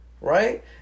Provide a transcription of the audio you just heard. Right